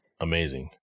amazing